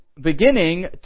beginning